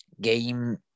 game